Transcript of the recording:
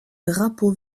drapeaux